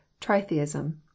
tritheism